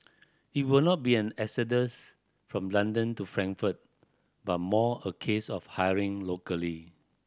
it will not be an exodus from London to Frankfurt but more a case of hiring locally